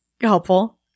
helpful